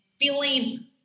feeling